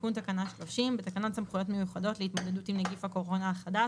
תיקון תקנה 30 בתקנות סמכויות מיוחדות להתמודדות עם נגיף הקורונה החדש